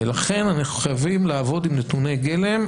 לכן אנחנו חייבים לעבוד עם נתוני גלם,